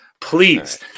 Please